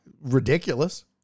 ridiculous